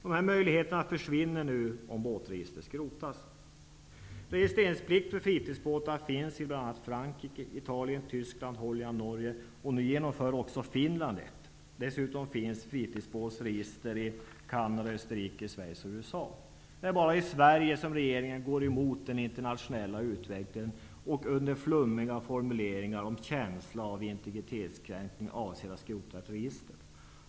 Dessa möjligheter försvinner om båtregistret skrotas. Även i Finland införs nu ett sådant. Dessutom finns fritidsbåtsregister i Canada, Österrike, Schweiz och Det är bara i Sverige som regeringen går emot den internationella utvecklingen och under flummiga formuleringar om känsla av integritetskränkning avser att skrota registret.